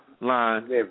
line